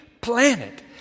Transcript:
planet